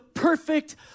Perfect